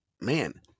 Man